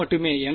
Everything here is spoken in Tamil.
g மட்டுமே